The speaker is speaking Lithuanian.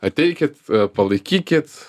ateikit palaikykit